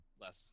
less